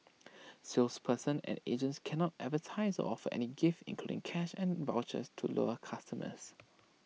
salespersons and agents cannot advertise of any gifts including cash and vouchers to lure customers